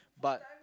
but